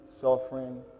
suffering